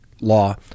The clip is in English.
law